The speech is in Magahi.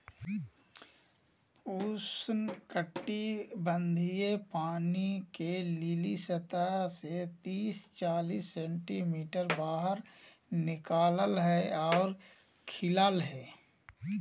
उष्णकटिबंधीय पानी के लिली सतह से तिस चालीस सेंटीमीटर बाहर निकला हइ और खिला हइ